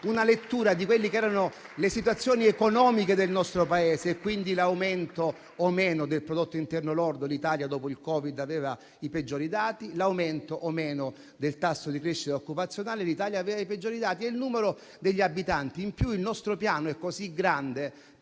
una lettura di quelle che erano situazioni economiche del nostro Paese e quindi l'aumento o meno del prodotto interno lordo (l'Italia, dopo il Covid, aveva i peggiori dati), l'aumento o meno del tasso di crescita occupazionale (anche sotto quell'aspetto l'Italia aveva i peggiori dati) e il numero degli abitanti. In più, il nostro Piano è così grande